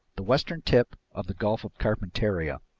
the western tip of the gulf of carpentaria.